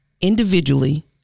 individually